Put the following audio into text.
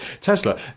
tesla